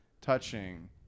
touching